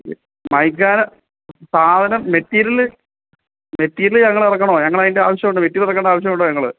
MyCAD സാധനം material material ഞങ്ങൾ ഇറക്കണോ ഞങ്ങൾ അതിന്റെ ആവശ്യമുണ്ടോ മെറ്റീരിയൽ ഇറക്കേണ്ട ആവശ്യം ഉണ്ടോ ഞങ്ങൾ